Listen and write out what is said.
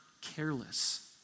careless